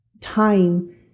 time